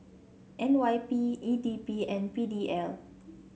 N Y P E D B and P D L